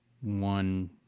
one